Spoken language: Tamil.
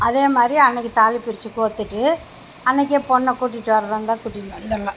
அதேமாதிரி அன்னைக்கு தாலிப்பிரித்து கோர்த்துட்டு அன்னைக்கே பொண்ணை கூட்டிகிட்டு வரதாருந்தா வந்துடலாம்